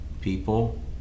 people